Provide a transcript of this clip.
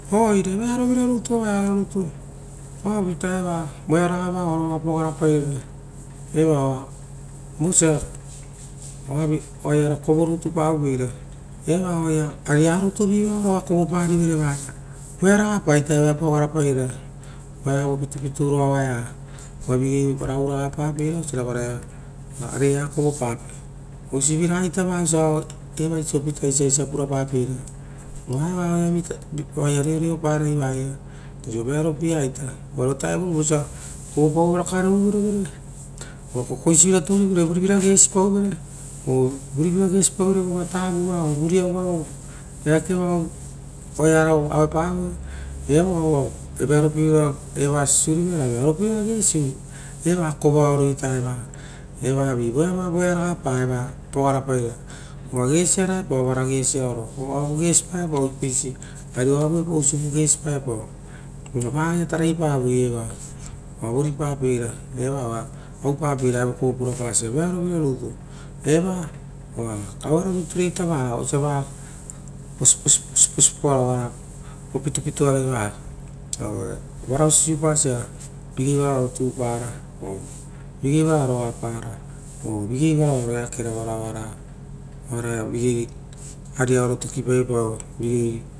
Oire vearovira rutu, ovaia ro rutu oava ita eva voeao varo pogarapairara evaoa. Vosia uaia rerako rutu pavrovera, earaga era rutu eva oaia kovopa rivere, voearaga paita evoia pogara pairara. Vaiavo pitupitu roaroia uva vige viriparo gauraga pa pei ra oisiora kovopapee. Osiviraga ita va osia evaisi upitaisi oa purapapeira eva oaia vi, reoreo parai vaia oisio ve aro pieaia, uvare otaevurova oiia oisio kovo paoro kareuvere voare, uva kokoisi roturivere roare. Uva vurivira gesipauvere oo vurivira gesipauvere vova tavuia oo vuriavao eakevao oaia oaravu auepavo veapau oavuavu vearo pievira eva gisiurivere ra viaro pievira gesiuvere. eva kovoaro ita eva vi voeara gapa eva pogarapairara uva gesiaraepao vara gesiaro oavu gesi paepao apeisi ari ovavu gosipae oo osivuavu uva vaia tarai paviei evara oara vori pa peira evara ora upapeira evo kovo purapasia, eva oa auero rutu re ita va osia siposipoaro ova va pitupitu aro iava va aue varao sipu pasia vigei vararo tupara vigei vararo oapara oo vigei vararo eakera ora, ora ia vigei riaro tokipaoepao.